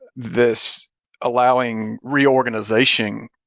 this allowing reorganization,